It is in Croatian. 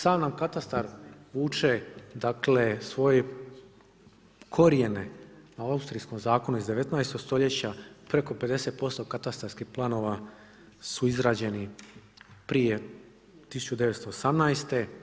Sam nam katastar vuče svoje korijene na austrijskom zakonu iz 19. stoljeća, preko 50% katastarskih planova su izrađeni prije 1918.